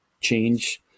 change